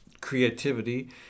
creativity